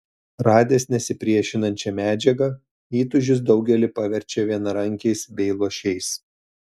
radęs nesipriešinančią medžiagą įtūžis daugelį paverčia vienarankiais bei luošiais